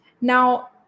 Now